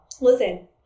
Listen